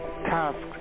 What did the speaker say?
tasks